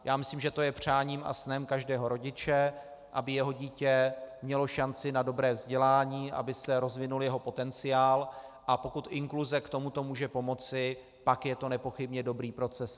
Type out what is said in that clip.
Já myslím, že to je přáním a snem každého rodiče, aby jeho dítě mělo šanci na dobré vzdělání, aby se rozvinul jeho potenciál, a pokud inkluze k tomuto může pomoci, pak je to nepochybně dobrý proces.